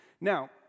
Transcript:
now